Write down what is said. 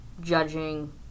judging